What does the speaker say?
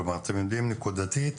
כלומר אתם יודעים נקודתית מי.